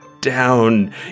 down